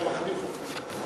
מחליף אותו.